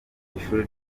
ishuri